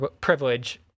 privilege